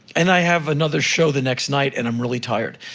and i have another show the next night and i'm really tired.